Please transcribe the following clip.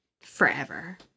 forever